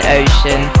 ocean